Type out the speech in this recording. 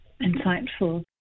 insightful